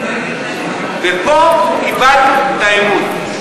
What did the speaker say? ופה איבדנו את האמון.